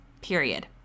period